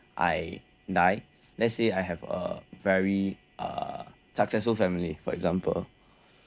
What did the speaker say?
I die let's say I have a very uh successful family for example